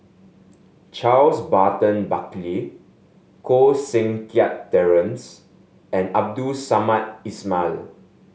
Charles Burton Buckley Koh Seng Kiat Terence and Abdul Samad Ismail